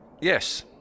Yes